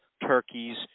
turkeys